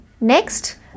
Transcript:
Next